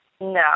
No